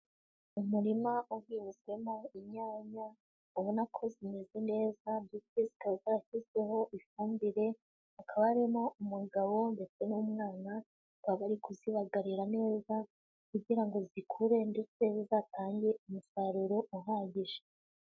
Umurima uhinzwemo inyanya, ubona ko zimeze neza ndetse zikaba zarashyizweho ifumbire, hakaba harimo umugabo ndetse n'umwana, bakaba bari kuzibagarira neza, kugira ngo zikure ndetse zizatange umusaruro uhagije.